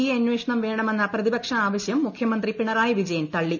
I അന്വേഷണം വേണമെന്ന പ്രതിപക്ഷ ആവശ്യം മുഖ്യമന്ത്രി പിണറായി വിജയൻ തള്ളി